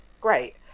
great